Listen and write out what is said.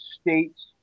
states